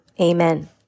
amen